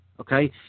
okay